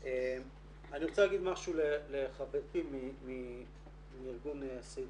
אני רוצה להגיד משהו לחברתי מארגון סידרה.